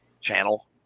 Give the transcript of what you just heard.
channel